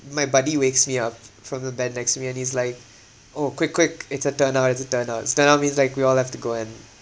my buddy wakes me up f~ from the bed next to me and he's like orh quick quick it's a turnout it's a turnouts turnouts means like we all have to go and